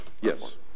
Yes